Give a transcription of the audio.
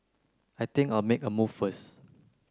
I think I'll make a move first